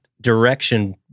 direction